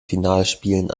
finalspielen